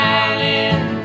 island